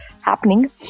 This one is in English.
happening